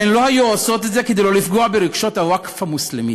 הן לא היו עושות את זה כדי לא לפגוע ברגשות הווקף המוסלמי,